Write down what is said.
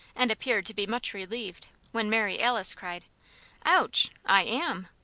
and appeared to be much relieved when mary alice cried ouch! i am!